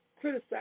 criticize